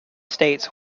states